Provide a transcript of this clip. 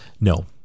no